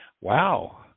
wow